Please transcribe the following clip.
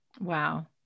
Wow